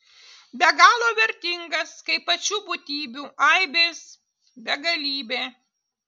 be galo vertingas kaip pačių būtybių aibės begalybė